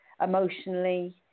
emotionally